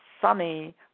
sunny